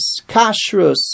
kashrus